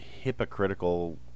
hypocritical